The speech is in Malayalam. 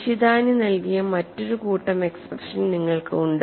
നിഷിതാനി നൽകിയ മറ്റൊരു കൂട്ടം എക്സ്പ്രഷൻ നിങ്ങൾക്ക് ഉണ്ട്